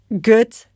good